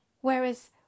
Whereas